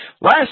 Last